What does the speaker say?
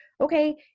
okay